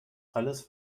alles